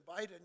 Biden